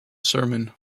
sermon